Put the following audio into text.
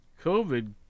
COVID